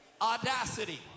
audacity